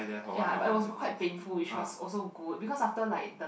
ya but it was quite painful which was also good because after like the